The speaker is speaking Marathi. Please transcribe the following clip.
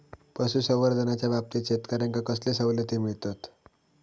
पशुसंवर्धनाच्याबाबतीत शेतकऱ्यांका कसले सवलती मिळतत?